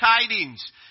tidings